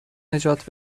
نجات